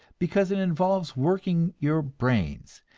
because it involves working your brains,